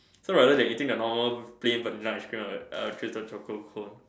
so rather than eating the normal plain Vanilla ice cream I would I would choose the choco cone